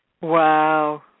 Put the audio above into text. Wow